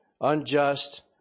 unjust